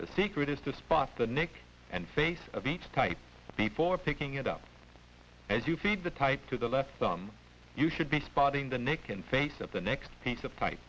the secret is to spot the neck and face of each type before picking it up as you feed the type to the left thumb you should be spotting the neck and face of the next piece of pi